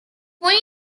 queen